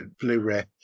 blu-ray